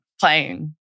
playing